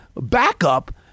backup